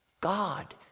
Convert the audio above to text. God